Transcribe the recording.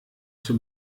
zur